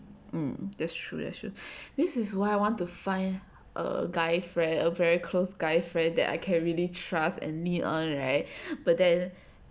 um that's true that's true this is why I want to find a guy friend a very close guy friend that I can't really trust and right but then